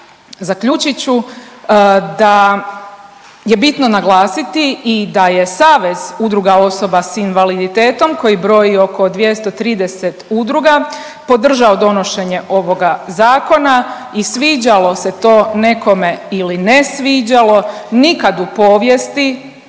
zaključit ću da je bitno naglasiti i da je Savez udruga osoba s invaliditetom koji broji oko 240 udruga podržao donošenje ovoga Zakona i sviđalo se to nekome ili ne sviđalo, nikad u povijesti